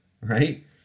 right